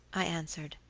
i answered.